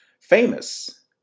famous